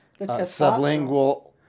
sublingual